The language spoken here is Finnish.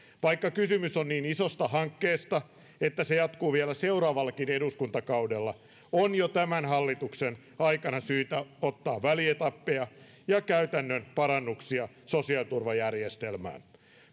vaikka kysymys on niin isosta hankkeesta että se jatkuu vielä seuraavallakin eduskuntakaudella on jo tämän hallituksen aikana syytä ottaa välietappeja ja käytännön parannuksia sosiaaliturvajärjestelmäämme